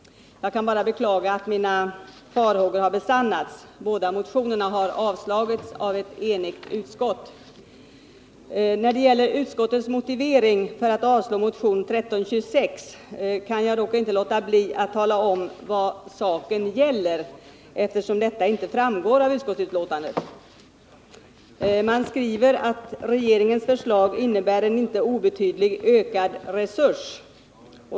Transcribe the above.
Jag kan bara beklaga att mina farhågor har besannats. Båda motionerna har avstyrkts av ett enigt utskott. När det gäller utskottets motivering för att avstyrka motionen 1326 kan jag dock inte låta bli att tala om vad saken gäller, eftersom det inte framgår av utskottets betänkande. Man skriver att regeringens förslag innebär en inte obetydlig ökad resurs.